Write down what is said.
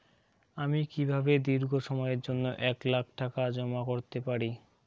আমি কিভাবে দীর্ঘ সময়ের জন্য এক লাখ টাকা জমা করতে পারি?